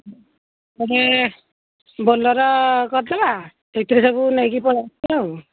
ବେଲେ ବୋଲେରୋ କରିଦେବା ସେଥିରେ ସବୁ ନେଇକି ପଳେଇ ଆସିବା ଆଉ